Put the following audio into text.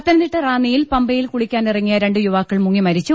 പത്തനംതിട്ട റാന്നിയിൽ പമ്പയിൽ കുളിക്കാനിറങ്ങിയ രണ്ടു യുവാക്കൾ മുങ്ങി മരിച്ചു